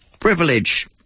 privilege